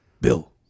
Bill